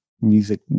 music